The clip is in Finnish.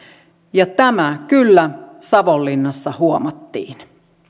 ja tämä kyllä savonlinnassa huomattiin